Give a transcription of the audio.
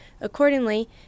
Accordingly